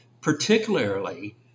particularly